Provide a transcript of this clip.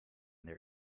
their